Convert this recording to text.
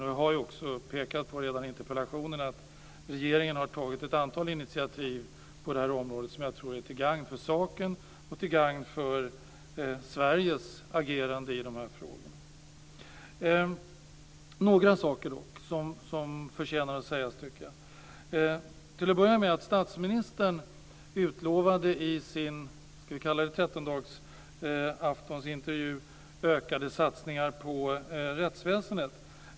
Jag pekade också i min interpellation på att regeringen har tagit ett antal initiativ på det här området som jag tror är till gagn för saken och till gagn för Sveriges agerande i de här frågorna. Det är dock några saker som förtjänar att sägas. Till att börja med utlovade statsministern i sin intervju på trettondagsaftonen ökade satsningar på rättsväsendet.